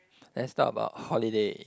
let's talk about holiday